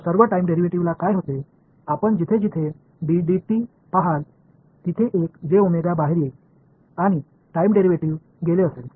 எனவே எல்லா time derivative களுக்கும் என்ன நடக்கிறது நீங்கள் எங்கு பார்த்தாலும் வெளியே வரும் டிரைவேடிவ் இல்லாமல் போய்விடும்